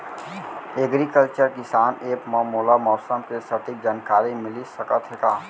Agriculture किसान app मा मोला मौसम के सटीक जानकारी मिलिस सकत हे का?